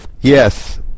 Yes